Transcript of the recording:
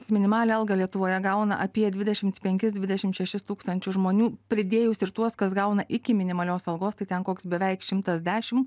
minimalią algą lietuvoje gauna apie dvidešimt penkis dvidešim šešis tūkstančius žmonių pridėjus ir tuos kas gauna iki minimalios algos tai ten koks beveik šimtas dešim